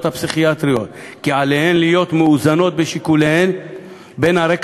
הפסיכיאטריות שעליהן להיות מאוזנות בשיקוליהן בין הרקע